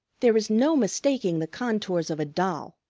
there is no mistaking the contours of a doll,